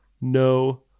no